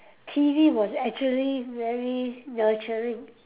T_V was actually very nurturing